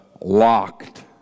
locked